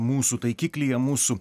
mūsų taikiklyje mūsų